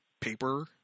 paper